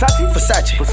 Versace